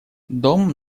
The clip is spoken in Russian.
дом